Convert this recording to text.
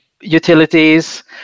utilities